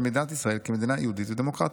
מדינת ישראל כמדינה יהודית ודמוקרטית'".